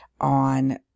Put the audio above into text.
on